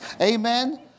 Amen